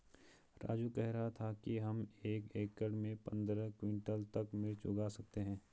राजू कह रहा था कि हम एक एकड़ में पंद्रह क्विंटल तक मिर्च उगा सकते हैं